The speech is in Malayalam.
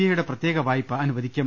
ഐയുടെ പ്രത്യേക വായ്പ അനുവദിക്കും